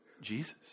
Jesus